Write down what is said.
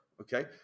okay